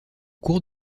cours